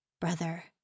Brother